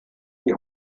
die